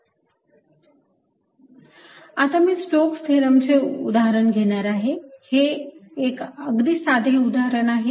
Azds∬ L2L2xydxdy।L2∬ L2L2xydxdy।z L20 आता मी Stokes प्रमेय Stoke's Theorem चे उदाहरण घेणार आहे हे एक अगदी साधे उदाहरण आहे